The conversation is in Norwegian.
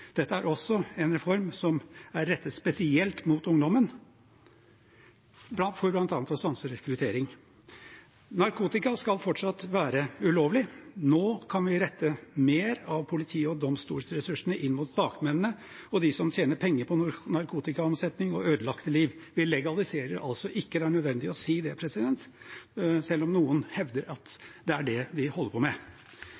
Dette er også en reform som er rettet spesielt mot ungdommen for bl.a. å stanse rekruttering. Narkotika skal fortsatt være ulovlig. Nå kan vi rette mer av politi- og domstolressursene inn mot bakmennene og dem som tjener penger på narkotikaomsetning og ødelagte liv. Vi legaliserer altså ikke. Det er nødvendig å si det, selv om noen hevder at